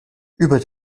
über